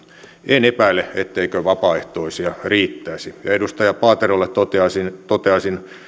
en epäile etteikö vapaaehtoisia riittäisi ja edustaja paaterolle toteaisin toteaisin